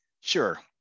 Sure